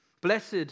Blessed